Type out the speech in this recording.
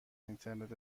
اینترنت